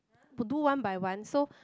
do one by one so